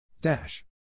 Dash